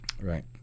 Right